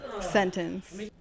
sentence